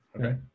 Okay